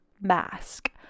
mask